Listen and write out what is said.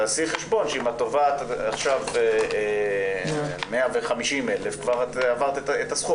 תעשי חשבון שאם את תובעת עכשיו 150,000 כבר עברת את הסכום.